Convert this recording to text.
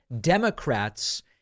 Democrats